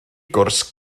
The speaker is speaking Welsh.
gwrs